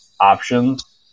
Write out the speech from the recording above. options